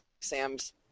Sam's